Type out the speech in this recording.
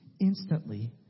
Instantly